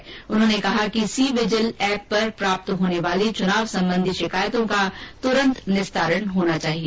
श्री सक्सैना ने कहा कि सी विजिल एप पर प्राप्त होने वाली चुनाव संबंधी शिकायतों का तुरंत निस्तारण होना चाहिए